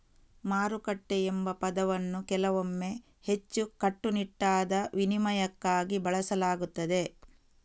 ಮಾರುಕಟ್ಟೆ ಎಂಬ ಪದವನ್ನು ಕೆಲವೊಮ್ಮೆ ಹೆಚ್ಚು ಕಟ್ಟುನಿಟ್ಟಾದ ವಿನಿಮಯಕ್ಕಾಗಿ ಬಳಸಲಾಗುತ್ತದೆ